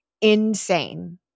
insane